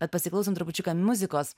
bet pasiklausom trupučiuką muzikos